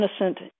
innocent